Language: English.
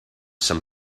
some